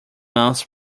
months